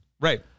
right